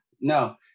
No